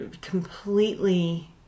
completely